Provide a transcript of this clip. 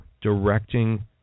directing